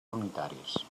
unitaris